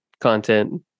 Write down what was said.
content